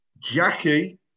Jackie